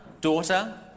daughter